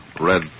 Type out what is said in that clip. Red